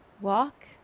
walk